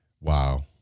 Wow